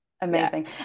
amazing